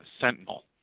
Sentinel